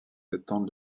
tentent